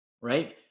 right